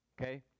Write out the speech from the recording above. okay